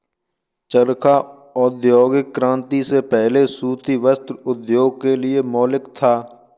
चरखा औद्योगिक क्रांति से पहले सूती वस्त्र उद्योग के लिए मौलिक था